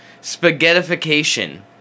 Spaghettification